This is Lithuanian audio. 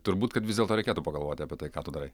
turbūt kad vis dėlto reikėtų pagalvoti apie tai ką tu darai